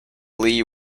lee